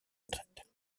retraites